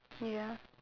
ya